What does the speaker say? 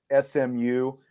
SMU